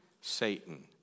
Satan